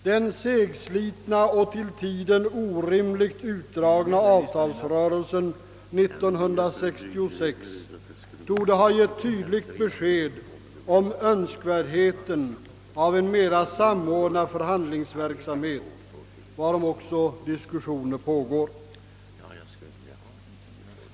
Den segslitna och till tiden orimligt utdragna avtalsrörelsen 1966 torde ha givit tydligt besked om önskvärdheten av en mera samordnad förhandlingsverksamhet, varom diskussioner också pågår.